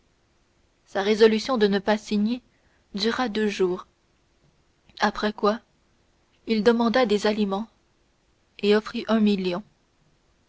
sa résolution de ne pas signer dura deux jours après quoi il demanda des aliments et offrit un million